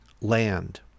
Land